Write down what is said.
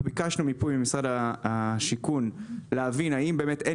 אנחנו ביקשנו מיפוי ממשרד השיכון להבין אם באמת אין